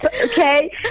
okay